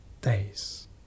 days